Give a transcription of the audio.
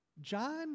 John